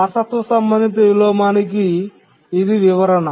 వారసత్వ సంబంధిత విలోమానికి ఇది వివరణ